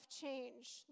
change